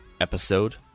episode